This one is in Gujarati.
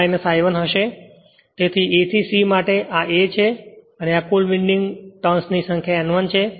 તેથી A થી C માટે આ A છે અને આ કુલ વિન્ડિંગ ટર્ન ની સંખ્યા N1 છે